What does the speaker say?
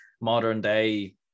modern-day